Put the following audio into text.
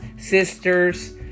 sisters